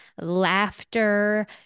laughter